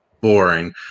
boring